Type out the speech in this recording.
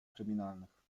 kryminalnych